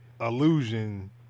illusion